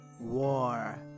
War